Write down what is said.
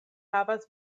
havas